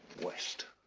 west,